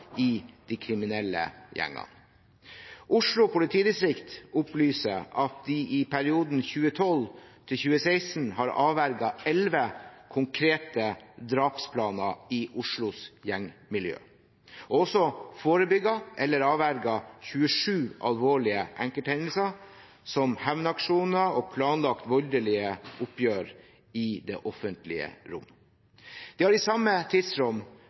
i de kriminelle gjengene. Oslo politidistrikt opplyser at de i perioden 2012–2016 har avverget 11 konkrete drapsplaner i Oslos gjengmiljø, og også forebygget eller avverget 27 alvorlige enkelthendelser som hevnaksjoner og planlagt voldelige oppgjør i det offentlige rom. De har i samme tidsrom